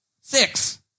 six